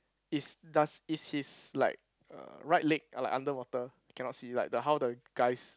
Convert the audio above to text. is does is his like er right leg uh like underwater cannot see like the how the guys